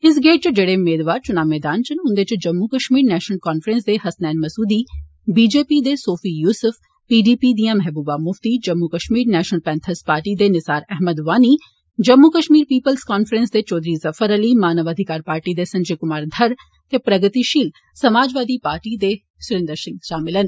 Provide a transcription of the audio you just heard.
इस गेड़ च जेड़े मेदवार चुना मैदान च न उन्दे च जम्मू कष्मीर नैष्नल कांफ्रैंस दे Hasnain Masoodi B J P दे Sofi Yusuf P D P दियां Mehbooba Mufti Jammu Kashmir national panthers party दे निसार अहमद वानी जम्मू कष्मीर पीपल्ज़ कांफ्रेंस दे चौधरी ज़फर अली मानव अधिकार पार्टी दे संजय कुमार धर ते प्रगतिषील समाजवादी पार्टी लोहियाद्व दे सुरिन्दर सिंह षामल न